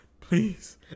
Please